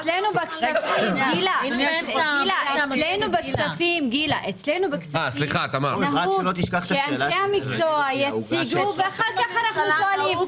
אצלנו בוועדת הכספים נהוג שאנשי המקצוע יציגו ואחר כך אנחנו שואלים.